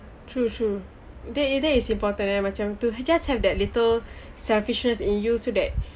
true true that is that is important and macam to just have that little selfishness in you so that